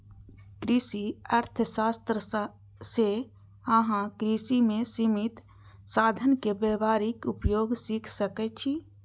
कृषि अर्थशास्त्र सं अहां कृषि मे सीमित साधनक व्यावहारिक उपयोग सीख सकै छी